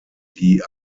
die